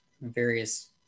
various